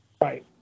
Right